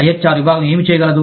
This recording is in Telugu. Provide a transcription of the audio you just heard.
ఐహెచ్ఆర్ విభాగం ఏమి చేయగలదు